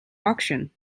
auction